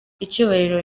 icyubahiro